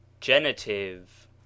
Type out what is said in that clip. genitive